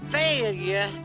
failure